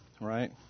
right